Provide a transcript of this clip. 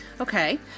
Okay